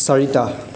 চাৰিটা